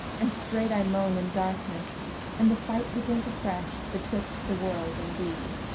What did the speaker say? and straight i moan in darkness and the fight begins afresh betwixt the world and thee.